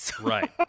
Right